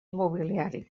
mobiliari